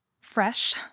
fresh